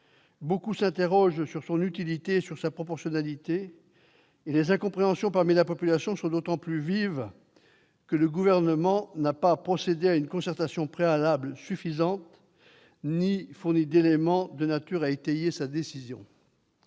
Beaucoup s'interrogent sur son utilité et sur sa proportionnalité. Les incompréhensions parmi la population sont d'autant plus vives que le Gouvernement n'a pas procédé à une concertation préalable suffisante ni fourni d'éléments de nature à étayer sa décision.